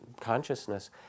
consciousness